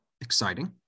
exciting